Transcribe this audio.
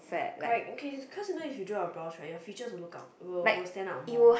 correct cause cause you know if you draw a brows right your feature will look out will will stand up more